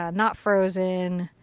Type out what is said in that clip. um not frozen,